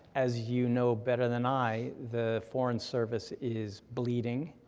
as you know better than i, the foreign service is bleeding,